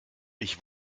ich